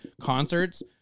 concerts